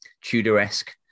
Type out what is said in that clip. Tudor-esque